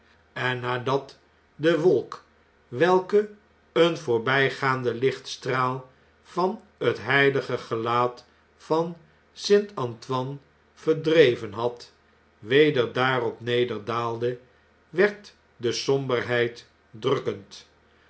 en nadat de wolk welke een voorbijgaande lichtstraal van het heilige gelaat van st a nt o i n e verdreven had weder daarop nederdaalde werd de somberheid drukkend